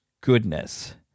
goodness